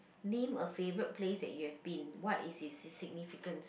name a favourite place that you have been what is its significance